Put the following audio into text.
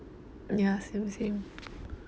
yah same same